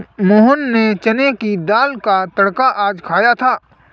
मोहन ने चने की दाल का तड़का आज खाया था